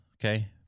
Okay